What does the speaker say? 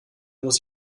muss